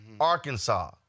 Arkansas